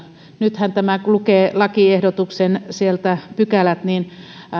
nythän kun lukee lakiehdotuksen pykälät tämä